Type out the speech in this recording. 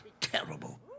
Terrible